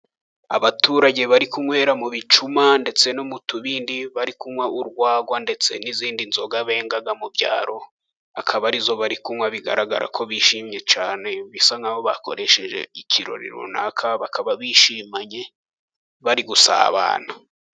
Abaturage bari kunywera mu bicuma ndetse no mu tubindi. Bari kunywa urwagwa ndetse n'izindi nzoga benga mu byaro, akaba arizo bari kunywa bigaragara ko bishimye cyane. Bisa n'aho bakoresheje ikirori runaka bakaba bishimanye bari gusabana.